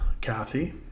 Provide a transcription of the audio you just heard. Kathy